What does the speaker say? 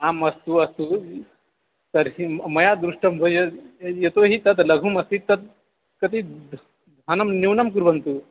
आम् अस्तु अस्तु तर्हि मया मया दृष्टं भो यद् यतो हि तद् लघु अस्ति तत् कति द् धनं न्यूनं कुर्वन्तु